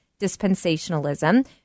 dispensationalism